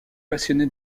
passionné